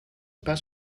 pas